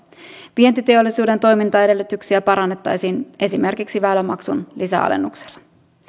vientiteollisuuden toimintaedellytyksiä parannettaisiin esimerkiksi väylämaksun lisäalennuksilla